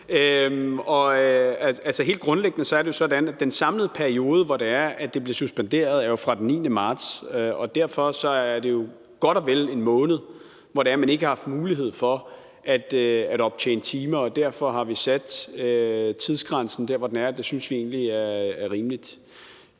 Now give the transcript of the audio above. helt grundlæggende er det jo sådan, at den samlede periode, hvor det er, at det bliver suspenderet, er fra den 9. marts, og derfor er det jo godt og vel en måned, hvor man ikke har haft mulighed for at optjene timer, og derfor har vi sat tidsgrænsen der, hvor den er. Det synes vi egentlig er rimeligt.